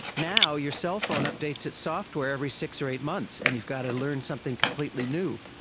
now your cellphone updates its software every six or eight months and you've got to learn something completely new.